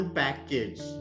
package